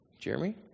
Jeremy